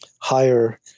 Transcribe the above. higher